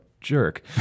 jerk